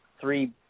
three